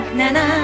na-na